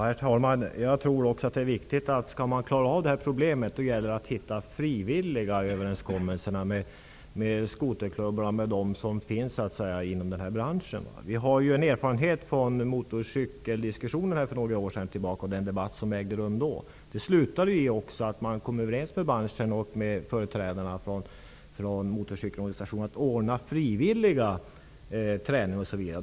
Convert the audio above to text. Herr talman! Också jag tror att det är viktigt för att klara detta problem att man träffar frivilliga överenskommelser med de skoterklubbar som finns. Vi kan se på erfarenheterna från motorcykeldiskussionerna för några år sedan. Dessa slutade med att man kom överens med företrädare för branschen och för motorcykelorganisationerna att de skulle ordna frivillig träning osv.